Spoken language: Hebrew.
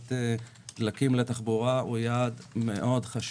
מהילת דלקים לתחבורה הוא יעד מאוד חשוב.